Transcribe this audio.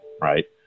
right